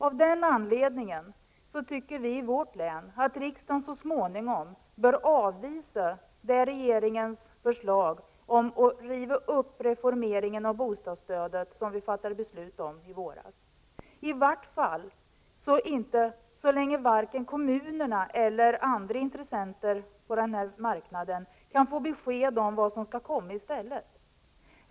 Av den anledningen tycker vi i vårt län att riksdagen så småningom bör avvisa regeringens aviserade förslag om att riva upp den reformering av bostadsstödet som vi fattade beslut om i våras, i vart fall så länge varken kommunerna eller andra intressenter på den här marknaden kan få besked om vad som skall komma i stället.